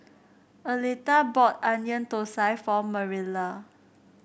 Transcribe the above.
Aletha bought Onion Thosai for Marilla